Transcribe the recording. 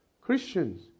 Christians